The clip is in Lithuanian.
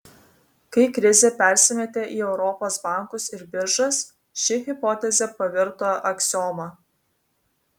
kai krizė persimetė į europos bankus ir biržas ši hipotezė pavirto aksioma